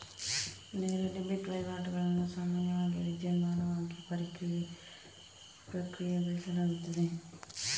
ನೇರ ಡೆಬಿಟ್ ವಹಿವಾಟುಗಳನ್ನು ಸಾಮಾನ್ಯವಾಗಿ ವಿದ್ಯುನ್ಮಾನವಾಗಿ ಪ್ರಕ್ರಿಯೆಗೊಳಿಸಲಾಗುತ್ತದೆ